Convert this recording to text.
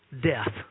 death